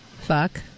Fuck